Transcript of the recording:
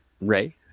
Ray